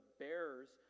bearers